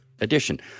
edition